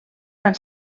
van